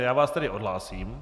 Já vás tedy odhlásím.